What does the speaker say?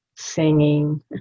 singing